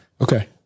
okay